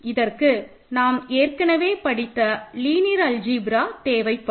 இதற்கு நாம் ஏற்கனவே படித்த லீனியர் அல்ஜிப்ரா தேவைப்படும்